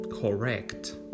correct